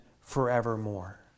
forevermore